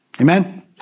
Amen